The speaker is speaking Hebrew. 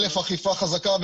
א' אכיפה חזקה,